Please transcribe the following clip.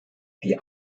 die